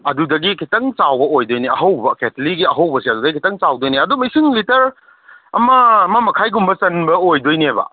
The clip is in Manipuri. ꯑꯗꯨꯗꯒꯤ ꯈꯤꯇꯪ ꯆꯥꯎꯕ ꯑꯣꯏꯗꯣꯏꯅꯦ ꯑꯍꯧꯕ ꯀꯦꯠꯇꯂꯤꯒꯤ ꯑꯍꯧꯕꯁꯦ ꯑꯗꯨꯗꯒꯤ ꯈꯤꯇꯪ ꯆꯥꯎꯗꯣꯏꯅꯦ ꯑꯗꯨꯝ ꯏꯁꯤꯡ ꯂꯤꯇꯔ ꯑꯃ ꯑꯃꯃꯈꯥꯏꯒꯨꯝꯕ ꯆꯟꯕ ꯑꯣꯏꯗꯣꯏꯅꯦꯕ